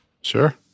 sure